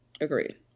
Agreed